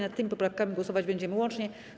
Nad tymi poprawkami głosować będziemy łącznie.